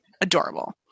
adorable